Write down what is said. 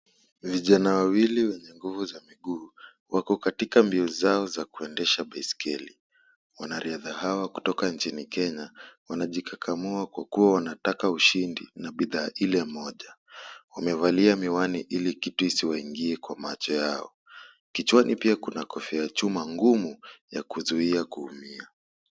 Vijana wawili wenye nguvu za miguu, wako katika mbio zao za kuendesha baiskeli. Wanariadha hawa kutoka nchini Kenya, wanajikakamua kwa kuwa wanataka ushindi na bidhaa ile moja. Wamevalia miwani ili kitu isiwaingie kwa macho yao. Kichwani pia kuna kofia ya chuma ngumu ya kuzuia kuumia.